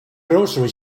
grocery